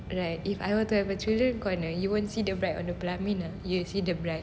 right if I were to have a children corner you won't see the bride on the pelamin ah you'll see the bride